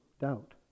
doubt